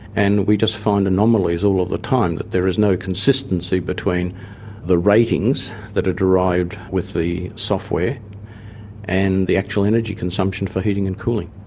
and we just find anomalies all of the time, that there is no consistency between the ratings that are derived with the software and the actually energy consumption for heating and cooling.